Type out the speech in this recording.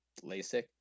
LASIK